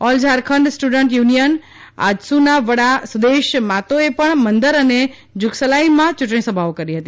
all Jharkhand student union આજસુના વડા સુદેશ માતોએ પણ મંદર અને જુગસલાઇમાં ચૂંટણીસભાઓ કરી હતી